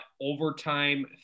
overtime